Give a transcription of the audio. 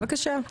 בבקשה.